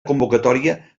convocatòria